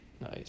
nice